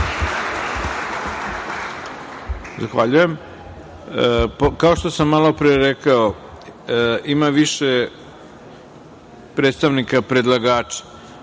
Zahvaljujem. Kao što sam malopre rekao, ima više predstavnika predlagača,